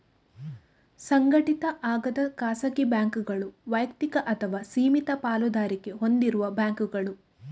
ಸಂಘಟಿತ ಆಗದ ಖಾಸಗಿ ಬ್ಯಾಂಕುಗಳು ವೈಯಕ್ತಿಕ ಅಥವಾ ಸೀಮಿತ ಪಾಲುದಾರಿಕೆ ಹೊಂದಿರುವ ಬ್ಯಾಂಕುಗಳು